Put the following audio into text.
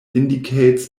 indicates